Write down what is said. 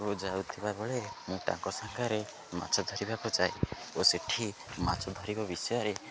ଯାଉଥିବା ବେଳେ ମୁଁ ତାଙ୍କ ସାଙ୍ଗରେ ମାଛ ଧରିବାକୁ ଯାଏ ଓ ସେଠି ମାଛ ଧରିବା ବିଷୟରେ